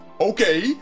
Okay